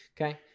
Okay